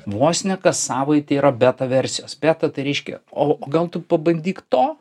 vos ne kas savaitę yra beta versijos beta tai reiškia o o gal tu pabandyk to